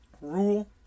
rule